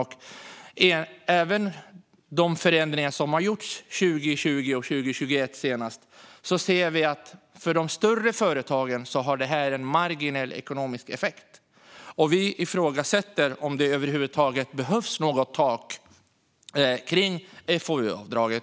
Men även med de förändringar som har gjorts 2020 och nu senast 2021 ser vi att detta för de större företagen har en marginell ekonomisk effekt. Vi ifrågasätter om det över huvud taget behövs något tak för FoU-avdraget.